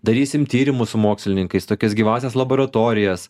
darysim tyrimus su mokslininkais tokias gyvąsias laboratorijas